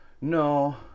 No